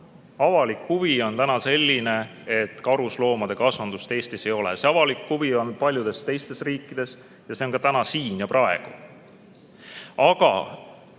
Avalik huvi on täna selline, et karusloomade kasvandust Eestis ei ole. Selline avalik huvi on paljudes teisteski riikides ja see on ka täna, siin ja praegu.